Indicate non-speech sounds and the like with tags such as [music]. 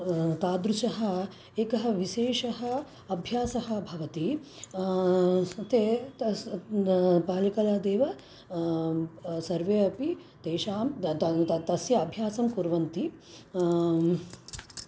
तादृशः एकः विशेषः अभ्यासः भवति सुते तस्य [unintelligible] बाल्यकलादेव सर्वे अपि तेषां तस्य अभ्यासं कुर्वन्ति